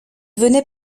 venaient